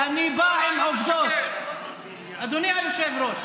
חבר הכנסת אמסלם.